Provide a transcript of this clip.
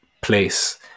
place